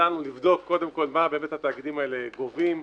שלנו לבדוק קודם כול מה התאגידים האלה גובים,